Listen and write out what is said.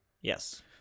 Yes